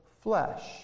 flesh